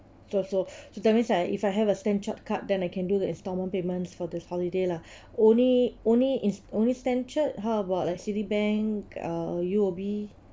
so so so that means I if I have a stan chart card then I can do the installment payments for this holiday lah only only it's only stan chart how about like Citibank(uh) U_O_B